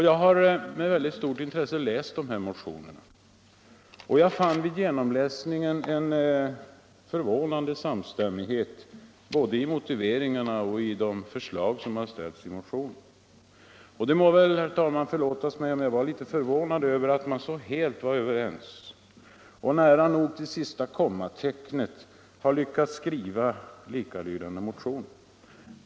Jag har med stort intresse tagit del av dessa motioner, och jag fann vid genomläsningen förvånande samstämmighet både i motiveringen och i de förslag som framställts i motionerna. Det må väl, herr talman, förlåtas mig om jag var litet förvånad över att man är så helt överens och nära nog till sista kommatecknet har lyckats skriva så likalydande motioner.